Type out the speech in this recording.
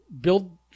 build